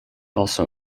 also